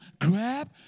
Grab